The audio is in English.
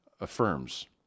affirms